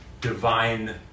divine